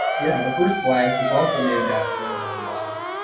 yeah, the first wife was also named after one of my moths,